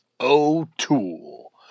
O'Toole